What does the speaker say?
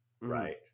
right